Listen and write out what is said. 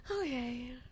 Okay